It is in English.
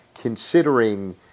considering